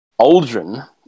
Aldrin